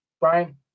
Brian